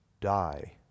die